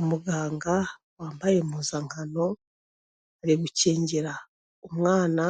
Umuganga wambaye impuzankano, ari gukingira umwana